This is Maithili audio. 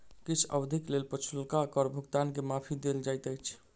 किछ अवधिक लेल पछुलका कर भुगतान के माफी देल जाइत अछि